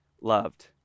loved